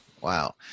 Wow